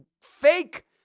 fake